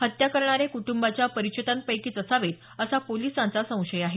हत्या करणारे कुटुंबाच्या परिचितांपैकीच असावेत असा पोलिसांना संशय आहे